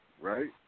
right